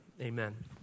Amen